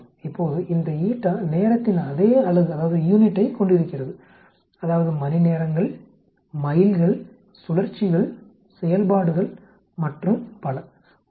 இப்போது இந்த நேரத்தின் அதே அலகைக் கொண்டிருக்கிறது அதாவது மணிநேரங்கள் மைல்கள் சுழற்சிகள் செயல்பாடுகள் மற்றும் பல உண்மையில்